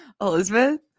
Elizabeth